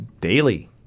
daily